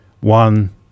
one